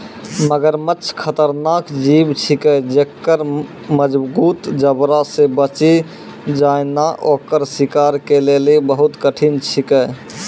मगरमच्छ खतरनाक जीव छिकै जेक्कर मजगूत जबड़ा से बची जेनाय ओकर शिकार के लेली बहुत कठिन छिकै